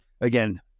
Again